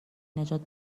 نجات